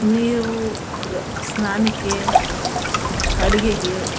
ನೀರು ಪ್ರ ಸ್ನಾನಕ್ಕೆ ಅಡುಗೆಗೆ